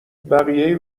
بقیه